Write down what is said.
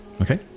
Okay